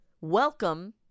welcome